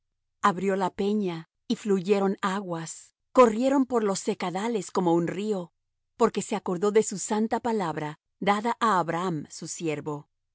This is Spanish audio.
abrió la peña y fluyeron aguas corrieron por los secadales como un río porque se acordó de su santa palabra dada á abraham su siervo